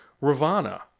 Ravana